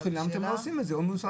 החולים ולשאול מדוע הן לא עושות את זה.